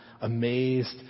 amazed